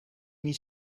need